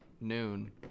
noon